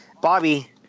Bobby